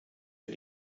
für